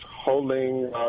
holding